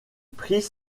prix